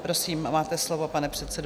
Prosím, máte slovo, pane předsedo.